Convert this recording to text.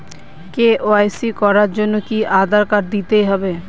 KYC করার জন্য কি আধার কার্ড দিতেই হবে?